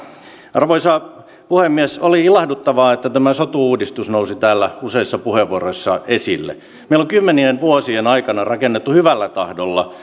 arvoisa puhemies oli ilahduttavaa että tämä sote uudistus nousi täällä useissa puheenvuoroissa esille meillä on kymmenien vuosien aikana rakennettu hyvällä tahdolla